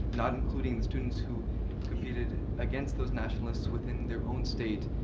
not including the students who competed against those nationalists within their own state,